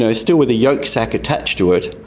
ah still with a yolk sac attached to it,